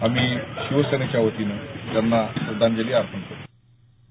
आणि मी शिवसेनेच्या वतीनं त्यांना श्रध्दांजली अर्पण करतो